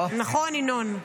נכון, ינון?